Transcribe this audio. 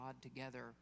together